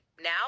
Now